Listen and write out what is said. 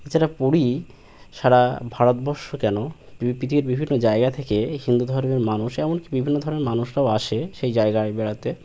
এছাড়া পুরী সারা ভারতবর্ষ কেন পৃথিবীর বিভিন্ন জায়গা থেকে হিন্দু ধর্মের মানুষ এমনকি বিভিন্ন ধর্মের মানুষরাও আসে সেই জায়গায় বেড়াতে